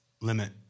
limit